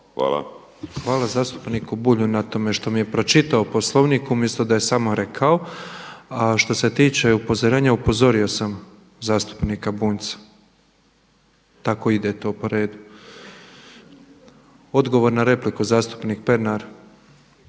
Hvala zastupniku Bulju na tome što mi je pročitao Poslovnik umjesto da je samo rekao. A što se tiče upozorenja upozorio sam zastupnika Bunjca. Tako ide to po redu. Odgovor na repliku zastupnik Pernar.